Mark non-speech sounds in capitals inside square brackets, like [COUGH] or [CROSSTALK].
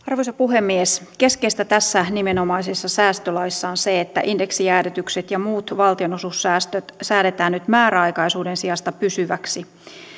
[UNINTELLIGIBLE] arvoisa puhemies keskeistä tässä nimenomaisessa säästölaissa on se että indeksijäädytykset ja muut valtionosuussäästöt säädetään nyt määräaikaisuuden sijasta pysyviksi